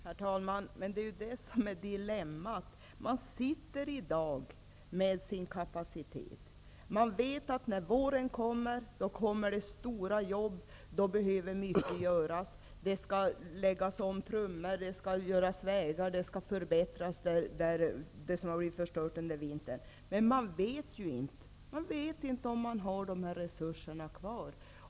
Herr talman! Det är just det som är dilemmat. I dag har man en viss kapacitet. Man vet att det när våren kommer blir aktuellt med stora jobb. Då behöver mycket göras. Trummor skall läggas om. Vägar skall byggas. Det som förstörts under vintern skall förbättras. Men man vet ju inte om det finns några resurser.